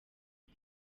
ibi